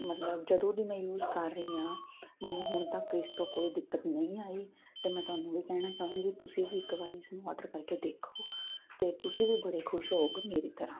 ਮਤਲਬ ਜਦੋਂ ਦੀ ਮੈਂ ਯੂਜ਼ ਕਰ ਰਹੀ ਹਾਂ ਮੈਨੂੰ ਹੁਣ ਤੱਕ ਇਸ ਤੋਂ ਕੋਈ ਦਿੱਕਤ ਨਹੀਂ ਆਈ ਅਤੇ ਮੈਂ ਤੁਹਾਨੂੰ ਵੀ ਕਹਿਣਾ ਚਾਹੂੰਗੀ ਤੁਸੀਂ ਵੀ ਇੱਕ ਵਾਰੀ ਇਸ ਨੂੰ ਆਡਰ ਕਰਕੇ ਦੇਖੋ ਅਤੇ ਤੁਸੀਂ ਵੀ ਬੜੇ ਖੁਸ਼ ਹੋਓਗੇ ਮੇਰੀ ਤਰ੍ਹਾਂ